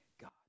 God